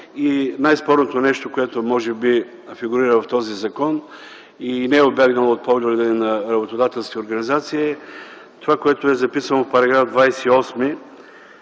Най-спорното нещо, което може би фигурира в този закон и не е убягнало от погледа на работодателските организации, е това, което е записано в § 28,